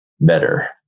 better